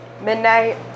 midnight